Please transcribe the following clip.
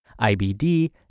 IBD